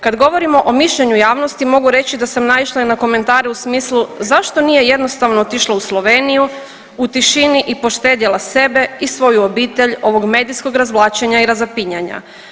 Kad govorimo o mišljenju javnosti mogu reći da sam naišla i na komentare u smislu zašto nije jednostavno otišla u Sloveniju, u tišini i poštedjela sebe i svoju obitelj ovog medijskog razvlačenja i razapinjanja.